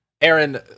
Aaron